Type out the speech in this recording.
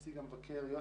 בבקשה.